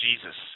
Jesus